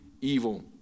evil